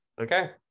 Okay